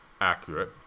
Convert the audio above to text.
accurate